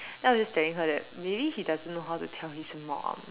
then I was just telling her that maybe he doesn't know how to tell his mom